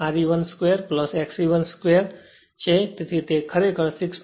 તેથી તે ખરેખર 6